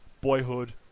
Boyhood